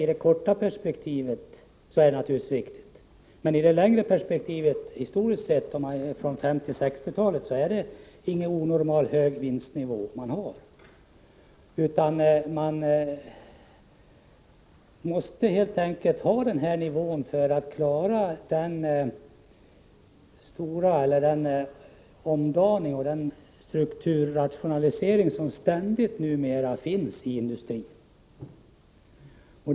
I det korta perspektivet är det naturligtvis riktigt, men i det längre perspektivet — om vi jämför med 1950 och 1960-talen — är det ingen onormalt hög vinstnivå. Och företagen måste helt enkelt ha denna nivå för att klara den omdaning och strukturrationalisering som numera ständigt pågår inom industrin.